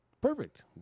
Perfect